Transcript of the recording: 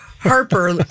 harper